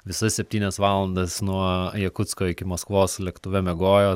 visas septynias valandas nuo jakutsko iki maskvos lėktuve miegojo